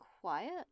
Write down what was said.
Quiet